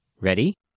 Ready